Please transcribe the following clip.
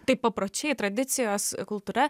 tai papročiai tradicijos kultūra